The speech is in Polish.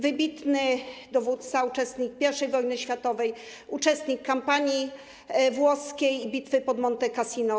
Wybitny dowódca, uczestnik I wojny światowej, uczestnik kampanii włoskiej i bitwy pod Monte Cassino.